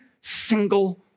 single